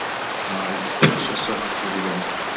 آ أکِس ٹوٗرِسٹَس چھِ سُہ ہَتھ رۄپیہِ دِوان